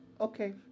Okay